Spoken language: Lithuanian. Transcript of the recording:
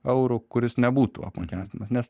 eurų kuris nebūtų apmokestinamas nes